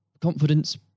confidence